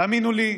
תאמינו לי,